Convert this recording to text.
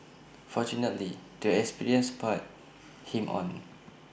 fortunately the experience spurred him on